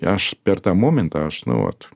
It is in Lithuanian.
ir aš per tą momentą aš nu vat